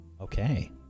Okay